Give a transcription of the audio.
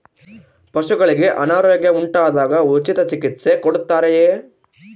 ಪಶುಗಳಿಗೆ ಅನಾರೋಗ್ಯ ಉಂಟಾದಾಗ ಉಚಿತ ಚಿಕಿತ್ಸೆ ಕೊಡುತ್ತಾರೆಯೇ?